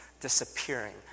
disappearing